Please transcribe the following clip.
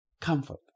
comfort